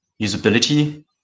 usability